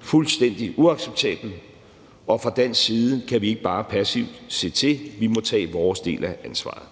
fuldstændig uacceptabelt, og fra dansk side kan vi ikke bare passivt se til – vi må tage vores del af ansvaret.